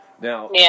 Now